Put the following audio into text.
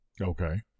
Okay